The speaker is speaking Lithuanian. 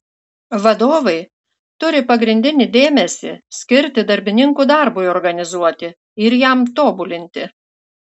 vadovai turi pagrindinį dėmesį skirti darbininkų darbui organizuoti ir jam tobulinti